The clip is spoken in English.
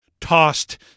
Tossed